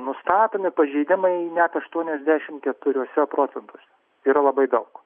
nustatomi pažeidimai net aštuoniasdešimt keturiuose procentuose tai yra labai daug